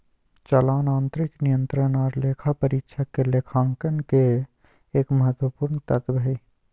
चालान आंतरिक नियंत्रण आर लेखा परीक्षक के लेखांकन के एक महत्वपूर्ण तत्व हय